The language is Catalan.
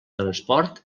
transport